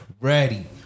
Ready